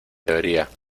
teoría